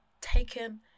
taken